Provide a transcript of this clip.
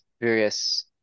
various